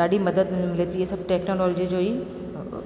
ॾाढी मदद मिले थी इहे सभु टेक्नोलॉजीअ जो ई